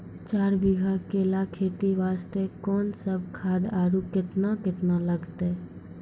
चार बीघा केला खेती वास्ते कोंन सब खाद आरु केतना केतना लगतै?